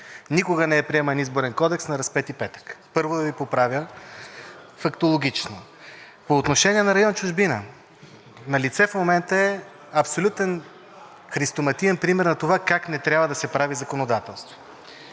Никога не е приеман Изборен кодек на Разпети петък, първо, да Ви поправя фактологично. По отношение на район „Чужбина“. Налице в момента е абсолютен христоматиен пример на това как не трябва да се прави законодателство.